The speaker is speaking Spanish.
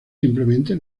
simplemente